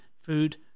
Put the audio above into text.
food